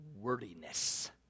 wordiness